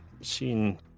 seen